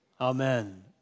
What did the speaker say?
Amen